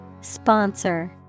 Sponsor